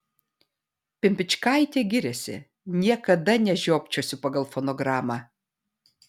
pimpičkaitė giriasi niekada nežiopčiosiu pagal fonogramą